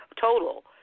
total